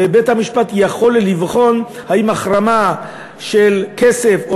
ובית-המשפט יכול לבחון אם החרמה של כסף או